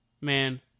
man